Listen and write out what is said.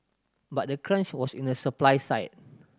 but the crunch was in the supply side